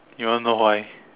you want know why